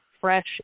fresh